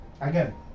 Again